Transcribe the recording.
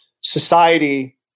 society